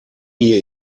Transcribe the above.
hier